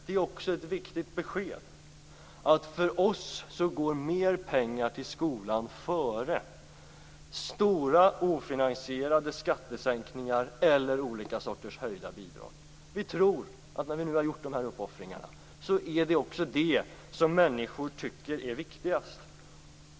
Det är också ett viktigt besked att för oss går mera pengar till skolan före stora ofinansierade skattesänkningar eller olika sorters höjda bidrag. När vi nu har gjort de här uppoffringarna tror vi att det är detta som människor tycker är viktigast.